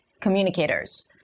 communicators